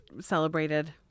celebrated